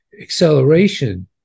acceleration